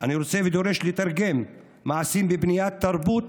אני רוצה ודורש לתרגם למעשים בבניית תרבות